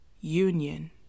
union